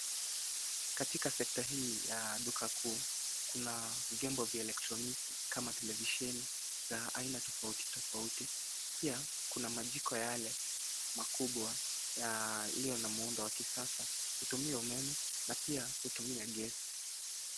Katika sekta hii ya duka kuu kuna vyombo vya elektroniki kama televisheni za aina tofauti tofauti. Pia kuna majiko yale makubwa iliyo na muundo wa kisasa, hutumia umeme na pia hutumia gesi.